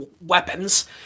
weapons